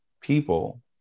people